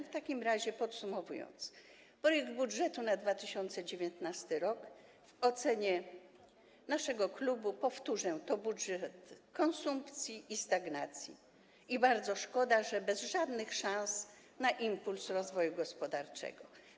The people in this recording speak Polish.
W takim razie podsumuję: projekt budżetu na 2019 r. w ocenie naszego klubu, powtórzę, to budżet konsumpcji i stagnacji i bardzo szkoda, że bez żadnych szans na impuls rozwoju gospodarczego.